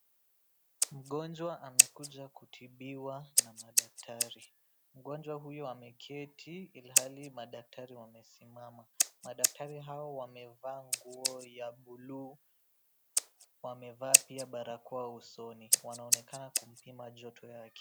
Mgonjwa amekuja kutibiwa na madaktari. Mgonjwa huyu ameketi ilhali madaktari wamesimama. Madaktari hao wamevaa nguo ya buluu, wamevaa pia barakoa usoni. Wanaonekana kumpima joto yake.